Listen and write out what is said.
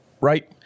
right